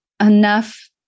enough